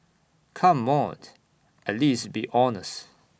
come on at least be honest